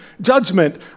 judgment